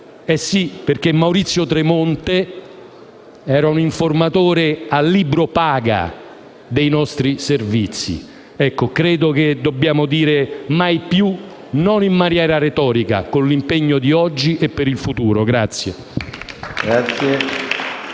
Sì, perché Maurizio Tramonte era un informatore a libro paga dei nostri Servizi. Ecco, credo che dobbiamo dire «mai più!» in maniera non retorica, con l'impegno di oggi e per il futuro.